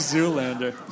Zoolander